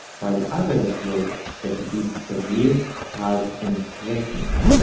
while others wrote that it is severe, hard, and threatening.